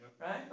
right